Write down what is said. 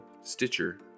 Stitcher